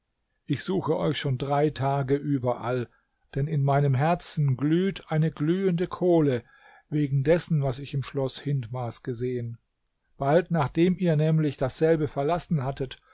ich suche euch schon drei tage überall denn in meinem herzen glüht eine glühende kohle wegen dessen was ich im schloß hindmars gesehen bald nachdem ihr nämlich dasselbe verlassen hattet